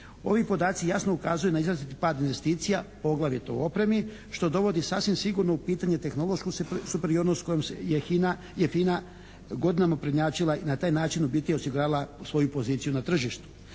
Ovi podaci jasno ukazuju na izrazit pad investicija poglavito u opremi što dovodi sasvim sigurno u pitanje tehnološku superiornost kojom je FINA godinama prednjačila i na taj način u biti osigurala svoju poziciju na tržištu.